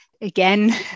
Again